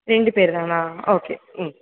ரெண்டு பேரு தானா ஓகே ம்